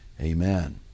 amen